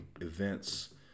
events